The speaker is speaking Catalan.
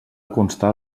constar